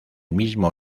mismo